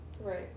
Right